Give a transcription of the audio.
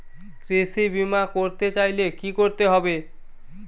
কৃষি বিমা করতে চাইলে কি করতে হবে?